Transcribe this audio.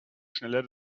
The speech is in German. schneller